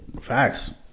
Facts